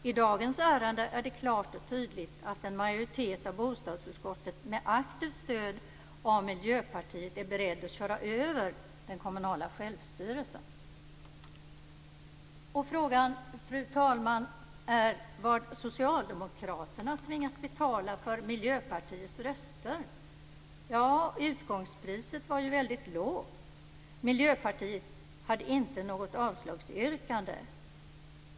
I dagens ärende är det klart och tydligt att en majoritet av bostadsutskottet med aktivt stöd av Miljöpartiet är beredd att köra över den kommunala självstyrelsen. Frågan är, fru talman, vad socialdemokraterna tvingas betala för Miljöpartiets röster. Ja, utgångspriset var ju väldigt lågt. Miljöpartiet hade inte något avslagsyrkande.